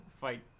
fight